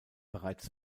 bereits